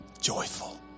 joyful